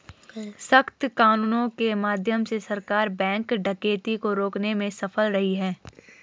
सख्त कानूनों के माध्यम से सरकार बैंक डकैती को रोकने में सफल रही है